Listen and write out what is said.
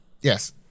Yes